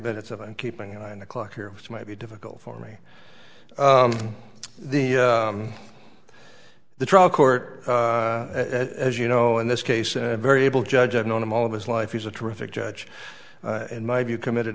minutes of and keeping an eye on the clock here which might be difficult for me the the trial court as you know in this case and very able judge i've known him all of his life he's a terrific judge in my view committed